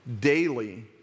daily